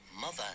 Mother